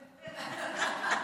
גדול.